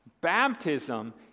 Baptism